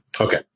Okay